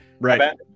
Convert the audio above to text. Right